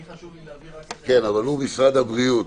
חשוב לי רק להבהיר --- הוא משרד הבריאות.